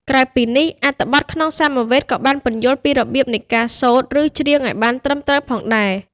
ក្រៅពីនេះ អត្ថបទក្នុងសាមវេទក៏បានពន្យល់ពីរបៀបនៃការសូត្រ ឬច្រៀងឱ្យបានត្រឹមត្រូវផងដែរ។